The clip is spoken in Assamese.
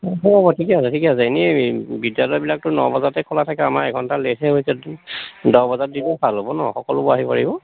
হ'ব হ'ব ঠিকে আছে ঠিকে আছে এনেই বিদ্যালয়বিলাকতো ন বজতে খোলা থাকে আমাৰ এঘণ্টা লেটহে হৈছে দহ বজাত দিলেই ভাল হ'ব নহ্ সকলোবোৰ আহিব পাৰিব